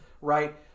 right